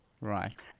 Right